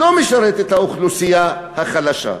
לא את האוכלוסייה החלשה,